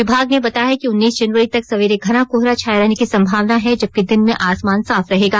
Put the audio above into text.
विभाग ने बताया है कि उन्नीस जनवरी तक सवेरे घना कोहरा छाये रहने की संभावना है जबकि दिन में आसमान साफ रहेगा